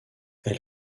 elle